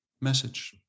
message